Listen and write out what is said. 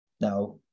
Now